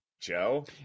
Joe